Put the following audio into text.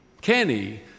Kenny